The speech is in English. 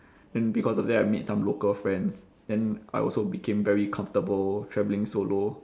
then because of that I made some local friends then I also became very comfortable travelling solo